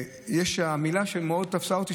והמילים שמאוד תפסו אותי,